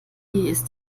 ist